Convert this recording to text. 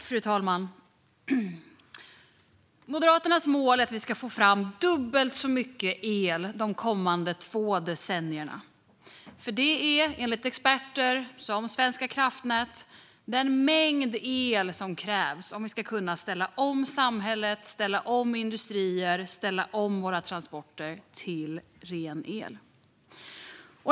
Fru talman! Moderaternas mål är att Sverige ska få fram dubbelt så mycket el de kommande två decennierna. Det är enligt experter som Svenska kraftnät den mängd el som krävs om vi ska kunna ställa om samhället, industrierna och transporterna till ren el.